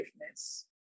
forgiveness